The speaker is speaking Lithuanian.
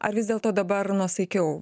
ar vis dėlto dabar nuosaikiau